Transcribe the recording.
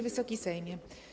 Wysoki Sejmie!